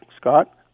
Scott –